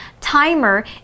timer